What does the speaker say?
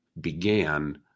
began